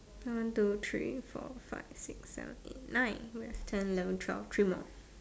one two three four five six seven eight nine we have ten eleven twelve three more